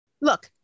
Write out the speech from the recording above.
Look